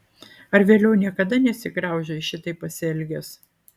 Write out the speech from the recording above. ar vėliau niekada nesigraužei šitaip pasielgęs